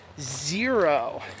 zero